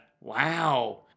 Wow